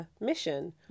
mission